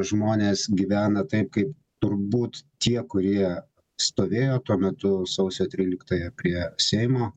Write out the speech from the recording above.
žmonės gyvena taip kaip turbūt tie kurie stovėjo tuo metu sausio tryliktąją prie seimo